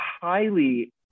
highly